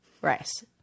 Rice